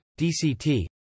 DCT